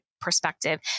perspective